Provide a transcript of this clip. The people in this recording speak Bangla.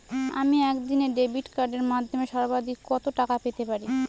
আমি একদিনে ডেবিট কার্ডের মাধ্যমে সর্বাধিক কত টাকা পেতে পারি?